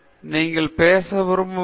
எனவே நீங்கள் போய் அதைப் பற்றிப் பேசுங்கள்